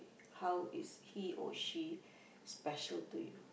how is he or she special to you